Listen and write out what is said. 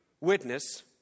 witness